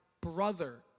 brother